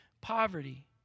poverty